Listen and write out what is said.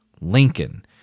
Lincoln